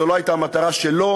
זו לא הייתה המטרה שלו